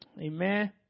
Amen